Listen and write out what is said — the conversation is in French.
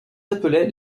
appelait